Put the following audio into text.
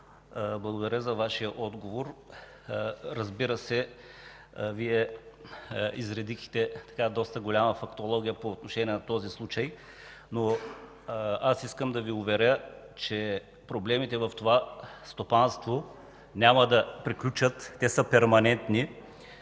благодаря за Вашия отговор. Разбира се, Вие изредихте доста голяма фактология по отношение на този случай, но аз искам да Ви уверя, че проблемите в това стопанство няма да приключат, те са перманентни